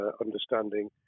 understanding